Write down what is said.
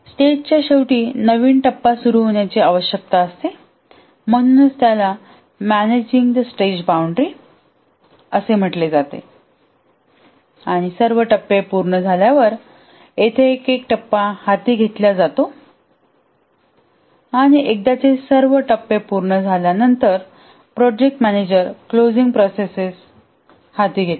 आणि स्टेजच्या शेवटी नवीन टप्पा सुरू होण्याची आवश्यकता असते म्हणूनच त्याला मॅनेजिंग द स्टेज बाउंड्री असे म्हटले जाते आणि सर्व टप्पे पूर्ण झाल्यावर येथे एक एक टप्पा हाती घेतला जातो आणि एकदाचे सर्व टप्पे पूर्ण झाल्यानंतर प्रोजेक्ट मॅनेजर क्लोजिंग प्रोसेस हाती घेतो